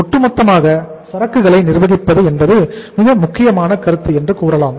ஒட்டுமொத்தமாக சரக்குகளை நிர்வகிப்பது என்பது மிக முக்கியமான கருத்து என்று கூறலாம்